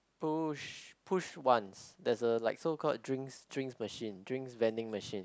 push push ones there's a like so called drinks drinks machine drinks vending machine